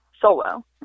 solo